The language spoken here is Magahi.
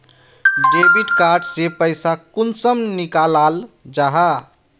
डेबिट कार्ड से पैसा कुंसम निकलाल जाहा?